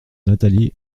nathalie